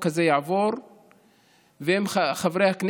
אני אומר לך,